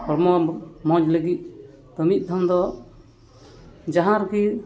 ᱦᱚᱲᱢᱚ ᱢᱚᱡᱽ ᱞᱟᱹᱜᱤᱫ ᱛᱚ ᱢᱤᱫ ᱫᱷᱟᱣ ᱫᱚ ᱡᱟᱦᱟᱸ ᱨᱮᱜᱮ